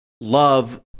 love